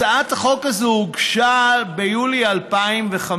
הצעת החוק הזו הוגשה ביולי 2015,